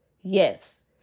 Yes